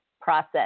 process